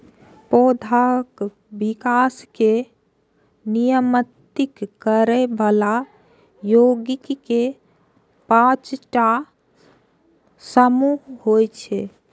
पौधाक विकास कें नियमित करै बला यौगिक के पांच टा समूह होइ छै